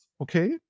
okay